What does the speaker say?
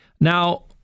Now